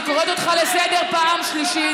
חבר הכנסת גפני, אני קוראת אותך לסדר פעם שלישית.